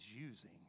using